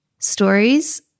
stories